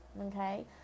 okay